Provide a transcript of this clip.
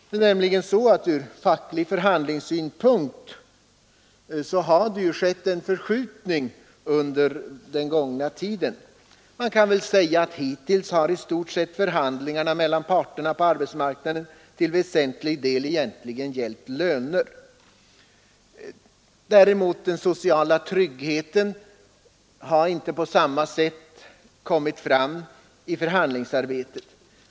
Det är nämligen så att från facklig förhandlingssynpunkt har det skett en förskjutning under den gångna tiden. Man kan säga att hittills har förhandlingarna mellan parterna på arbetsmarknaden till väsentlig del gällt löner. Den sociala tryggheten däremot har inte på samma sätt kommit fram i förhandlingsarbetet.